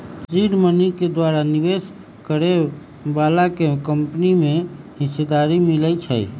seed money के द्वारा निवेश करए बलाके कंपनी में हिस्सेदारी मिलइ छइ